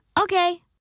Okay